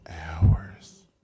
Hours